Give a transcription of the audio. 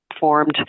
formed